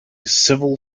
civil